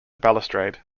balustrade